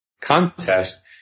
contest